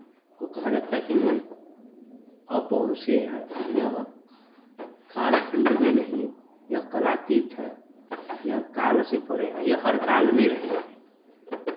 को कहा जाता है कि नहीं अपौरुषीय हैं यह काल खंड में नहीं यह कलातीत हैं यह काल से परे हैं यह हर काल में रहेंगी